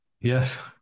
Yes